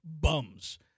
bums